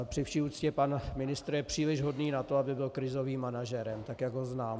Při vší úctě pan ministr je příliš hodný na to, aby byl krizovým manažerem, tak jak ho znám.